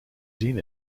zien